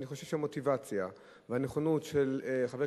אני חושב שהמוטיבציה והנכונות של חברי